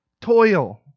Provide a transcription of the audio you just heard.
Toil